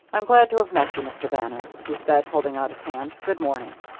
i'm glad to have met you, mr. bannon, he said, holding out his hand. good morning.